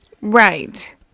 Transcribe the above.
Right